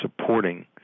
supporting